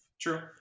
true